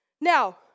Now